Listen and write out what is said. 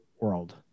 world